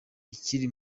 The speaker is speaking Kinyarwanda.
ikiri